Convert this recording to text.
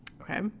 Okay